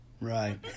Right